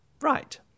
Right